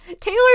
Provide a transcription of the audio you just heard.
taylor